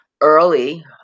early